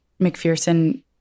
McPherson